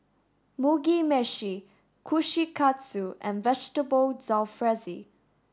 Mugi Meshi Kushikatsu and Vegetable Jalfrezi